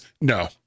no